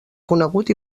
conegut